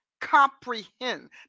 Comprehend